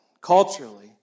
culturally